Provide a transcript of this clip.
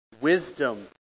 Wisdom